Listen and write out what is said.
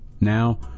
Now